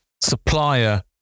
supplier